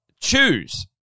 choose